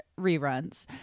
reruns